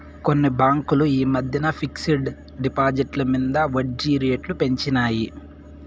కొన్ని బాంకులు ఈ మద్దెన ఫిక్స్ డ్ డిపాజిట్ల మింద ఒడ్జీ రేట్లు పెంచినాయి